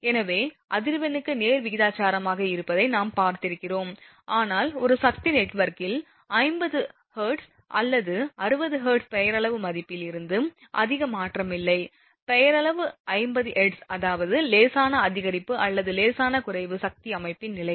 எனவே அதிர்வெண்ணுக்கு நேர் விகிதாசாரமாக இருப்பதை நாம் பார்த்திருக்கிறோம் ஆனால் ஒரு சக்தி நெட்வொர்க்கில் 50 ஹெர்ட்ஸ் அல்லது 60 ஹெர்ட்ஸ் பெயரளவு மதிப்பில் இருந்து அதிக மாற்றம் இல்லை பெயரளவு 50 ஹெர்ட்ஸ் அதாவது லேசான அதிகரிப்பு அல்லது லேசான குறைவு சக்தி அமைப்பின் நிலை